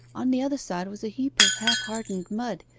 on the other side was a heap of half-hardened mud,